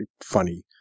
funny